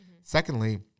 Secondly